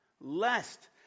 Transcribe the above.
Lest